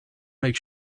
make